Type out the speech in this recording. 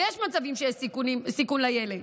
ויש מצבים שיש סיכון לילד,